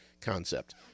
concept